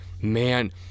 Man